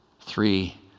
Three